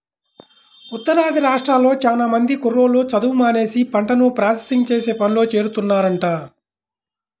ఉత్తరాది రాష్ట్రాల్లో చానా మంది కుర్రోళ్ళు చదువు మానేసి పంటను ప్రాసెసింగ్ చేసే పనిలో చేరుతున్నారంట